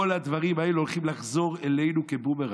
כל הדברים האלה הולכים לחזור אלינו כבומרנג,